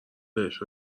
بهش